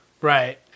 Right